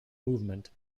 movement